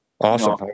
Awesome